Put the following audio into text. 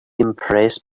impressed